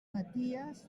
maties